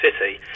city